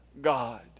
god